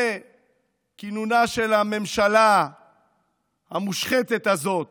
סל שלפני כינונה של הממשלה המושחתת הזאת